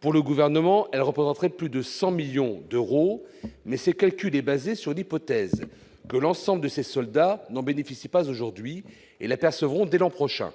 Pour le Gouvernement, il représenterait plus de 100 millions d'euros, mais ce calcul est basé sur l'hypothèse que l'ensemble des soldats concernés n'en bénéficient pas aujourd'hui et la percevront dès l'an prochain.